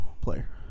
player